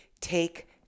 take